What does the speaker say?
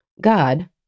God